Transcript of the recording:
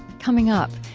coming up,